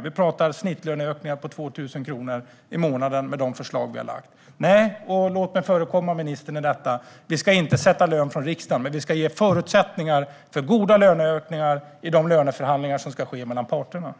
Vi pratar om snittlöneökningar på 2 000 kronor i månaden med de förslag som vi har lagt fram. Låt mig förekomma ministern. Nej, vi ska inte sätta lön från riksdagen, men vi ska ge förutsättningar för goda löneökningar i de löneförhandlingar som ska ske mellan parterna.